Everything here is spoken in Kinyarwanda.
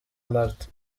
martin